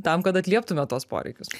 tam kad atlieptume tuos poreikius